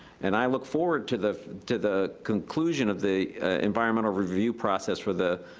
and i look forward to the to the conclusion of the environmental review process for the,